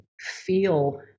feel